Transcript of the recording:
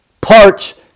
parts